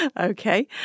Okay